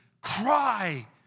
cry